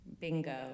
Bingo